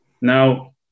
Now